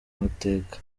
amateka